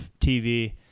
tv